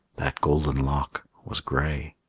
that golden lock was gray.